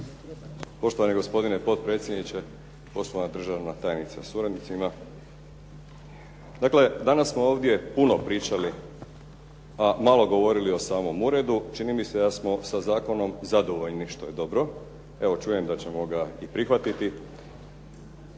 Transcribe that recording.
Poštovani gospodine potpredsjedniče, poštovana državna tajnice sa suradnicima. Dakle, danas smo ovdje puno pričali, a malo govorili o samom uredu. Čini mi se da smo sa zakonom zadovoljni što je dobro. Evo, čujem da ćemo ga i prihvatiti.